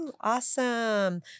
Awesome